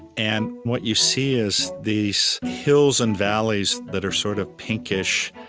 and what you see is these hills and valleys that are sort of pinkish,